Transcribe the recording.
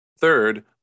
Third